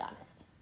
honest